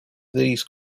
these